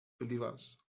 believers